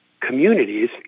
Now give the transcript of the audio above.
communities